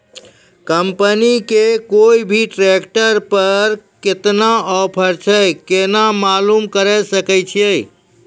Company के कोय भी ट्रेक्टर पर केतना ऑफर छै केना मालूम करऽ सके छियै?